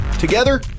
Together